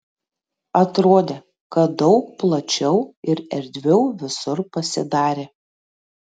atrodė kad daug plačiau ir erdviau visur pasidarė